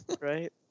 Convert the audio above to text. right